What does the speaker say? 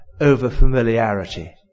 over-familiarity